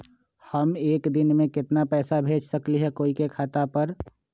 हम एक दिन में केतना पैसा भेज सकली ह कोई के खाता पर?